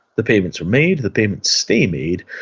the payments are made, the payments stay made,